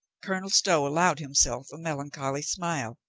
colonel stow allowed himself a melancholy smile.